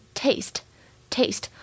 taste，taste